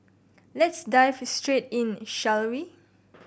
let's dive straight in shall we